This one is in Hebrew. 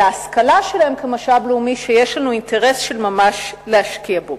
ההשכלה שלהם כמשאב לאומי שיש לנו אינטרס של ממש להשקיע בו.